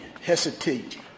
hesitate